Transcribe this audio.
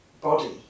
body